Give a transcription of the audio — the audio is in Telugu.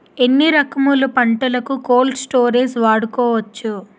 ఎన్ని రకములు పంటలకు కోల్డ్ స్టోరేజ్ వాడుకోవచ్చు?